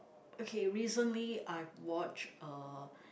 okay recently I watched uh